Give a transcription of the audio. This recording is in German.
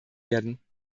werden